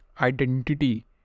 Identity